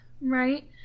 right